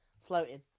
floating